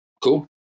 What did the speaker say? cool